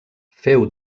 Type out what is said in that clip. féu